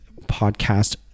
podcast